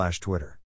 Twitter